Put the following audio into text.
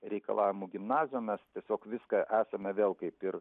reikalavimų gimnazijom mes tiesiog viską esame vėl kaip ir